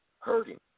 hurting